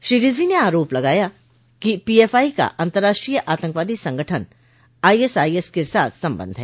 श्री रिजवी ने आरोप लगाया है कि पीएफआई का अन्तर्राष्ट्रीय आतंकवादी संगठन आईएसआईएस के साथ संबंध है